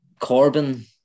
Corbyn